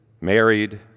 married